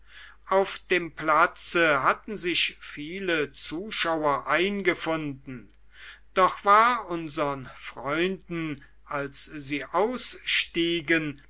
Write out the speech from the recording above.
auf dem platze hatten sich viele zuschauer eingefunden doch war unsern freunden als sie ausstiegen